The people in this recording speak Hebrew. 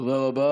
תודה רבה.